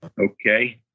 okay